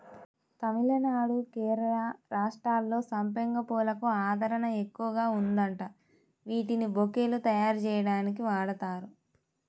తమిళనాడు, కేరళ రాష్ట్రాల్లో సంపెంగ పూలకు ఆదరణ ఎక్కువగా ఉందంట, వీటిని బొకేలు తయ్యారుజెయ్యడానికి వాడతారు